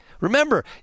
Remember